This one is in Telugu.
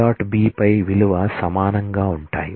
B పై విలువ సమానంగా ఉంటాయి